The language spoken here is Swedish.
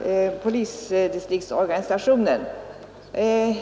i Ljusdal och mig.